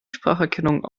spracherkennung